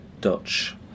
Dutch